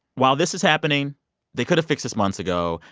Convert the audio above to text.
while this is happening they could've fixed this months ago.